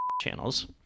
channels